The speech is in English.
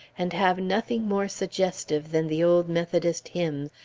and have nothing more suggestive than the old methodist hymn,